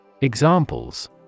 Examples